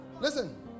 Listen